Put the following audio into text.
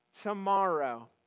tomorrow